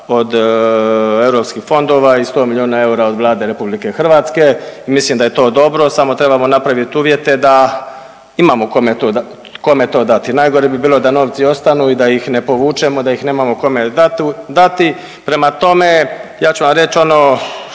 od europskih fondova i 100 miliona eura od Vlade RH. Mislim da je to dobro, samo trebamo napraviti uvjete da imamo kome to dati. Najgore bi bilo da novci ostanu i da ih ne povučemo, da ih nemamo kome dati. Prema tome, ja ću vam reći ono